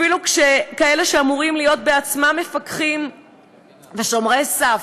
אפילו כאלה שאמורים להיות בעצמם מפקחים ושומרי סף,